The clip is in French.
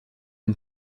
une